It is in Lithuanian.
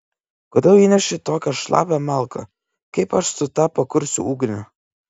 kodėl įneši tokią šlapią malką kaip aš su ta pakursiu ugnį